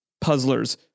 Puzzlers